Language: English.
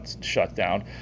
shutdown